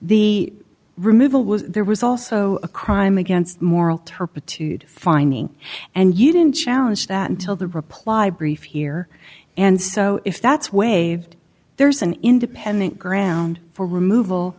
was there was also a crime against moral turpitude finding and you didn't challenge that until the reply brief here and so if that's waived there's an independent ground for removal